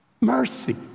mercy